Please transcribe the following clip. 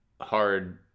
hard